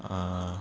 ah